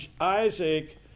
Isaac